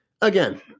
again